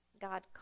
God